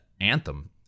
Anthem